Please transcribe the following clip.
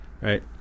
right